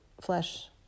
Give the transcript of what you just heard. flesh